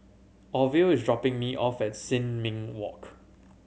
Orville is dropping me off at Sin Ming Walk